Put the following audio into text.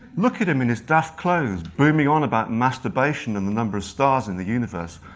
look at him in his daft clothes, booming on about masturbation and the number of stars in the universe,